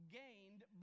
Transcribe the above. gained